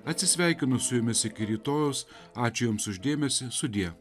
atsisveikinu su jumis iki rytojaus ačiū jums už dėmesį sudie